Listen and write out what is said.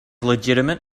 legitimate